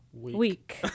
week